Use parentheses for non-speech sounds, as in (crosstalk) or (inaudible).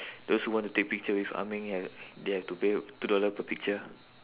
(breath) those who want to take picture with ah ming have they have to pay two dollar per picture